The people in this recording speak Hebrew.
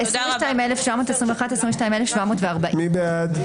22,741 עד 22,760. מי בעד?